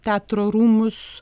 teatro rūmus